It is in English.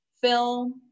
film